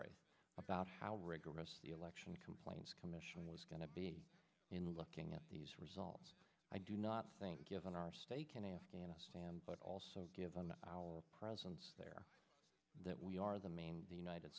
e about how rigorous the election complaints commission was going to be in looking at these results i do not think given our stake in afghanistan but also given our presence there that we are the main the united